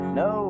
no